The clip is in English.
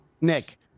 nick